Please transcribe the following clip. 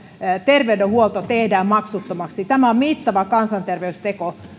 terveydenhuolto tehdään maksuttomaksi tämä on mittava kansanterveysteko